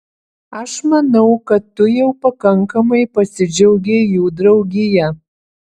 aš manau kad tu jau pakankamai pasidžiaugei jų draugija